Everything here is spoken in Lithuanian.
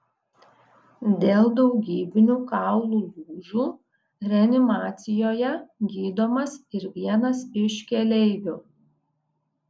dėl daugybinių kaulų lūžių reanimacijoje gydomas ir vienas iš keleivių